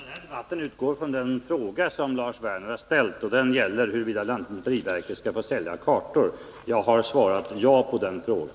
Herr talman! Den här debatten utgår från den fråga som Lars Werner ställt, och den gäller huruvida lantmäteriverket skall få sälja kartor. Jag har svarat ja på den frågan.